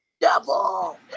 devil